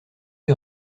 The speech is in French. est